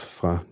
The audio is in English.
fra